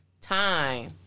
time